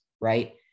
right